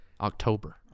October